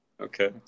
Okay